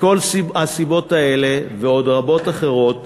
מכל הסיבות האלה ועוד רבות אחרות,